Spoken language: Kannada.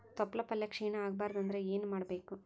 ತೊಪ್ಲಪಲ್ಯ ಕ್ಷೀಣ ಆಗಬಾರದು ಅಂದ್ರ ಏನ ಮಾಡಬೇಕು?